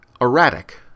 erratic